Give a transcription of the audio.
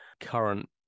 current